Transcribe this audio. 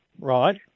right